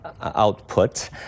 output